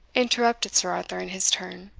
interrupted sir arthur in his turn,